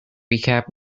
recap